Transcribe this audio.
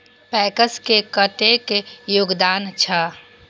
PACS के कतेक योगदान छै?